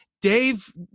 dave